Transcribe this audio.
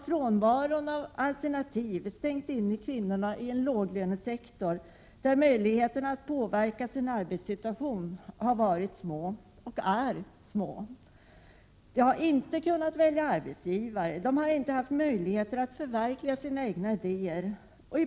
Frånvaron av alternativ har tvärtom innestängt kvinnorna i en låglönesektor där deras möjligheter att påverka sin arbetssituation har varit och är små. De har inte kunnat välja arbetsgivare. De har inte heller haft möjligheter att förverkliga sina egna idéer.